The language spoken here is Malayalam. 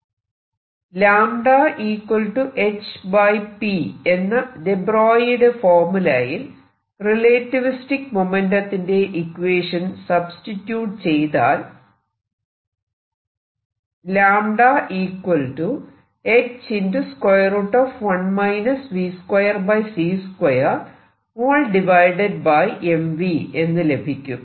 λhp എന്ന ദെ ബ്രോയിയുടെ ഫോർമുലയിൽ റിലേറ്റിവിസ്റ്റിക് മൊമെന്റ്റത്തിന്റെ ഇക്വേഷൻ സബ്സ്റ്റിട്യൂട് ചെയ്താൽ എന്ന് ലഭിക്കും